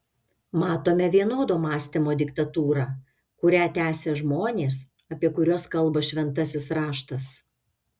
matome vienodo mąstymo diktatūrą kurią tęsia žmonės apie kuriuos kalba šventasis raštas